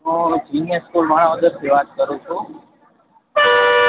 હું genius school માણાવદરથી વાત કરું છું